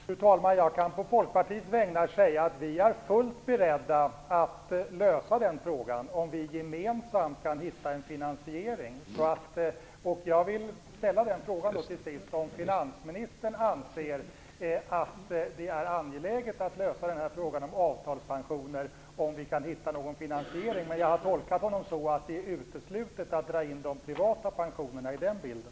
Fru talman! Jag kan å Folkpartiets vägnar säga att vi är fullt beredda att lösa den frågan, om vi gemensamt kan hitta en finansiering. Jag vill till sist ställa frågan om finansministern anser att det är angeläget att lösa frågan om avtalspensioner, om vi kan hitta någon finansiering. Jag har tolkat honom så att det är uteslutet att dra in de privata pensionerna i den bilden.